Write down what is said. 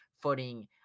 footing